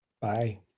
Bye